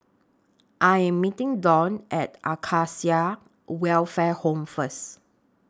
I Am meeting Dwan At Acacia Welfare Home First